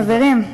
חברים,